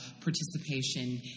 participation